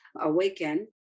Awaken